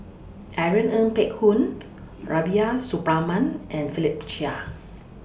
Irene Ng Phek Hoong Rubiah Suparman and Philip Chia